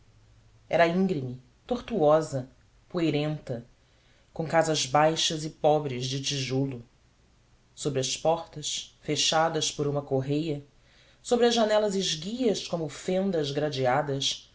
era íngreme tortuosa poeirenta com casas baixas e pobres de tijolo sobre as portas fechadas por uma correia sobre as janelas esguias como fendas gradeadas